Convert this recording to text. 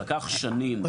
שלקח שנים עד --- אותו.